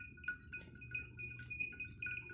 ಗಾಡಿ insurance online ದಾಗ ಮಾಡಸ್ಬಹುದೆನ್ರಿ?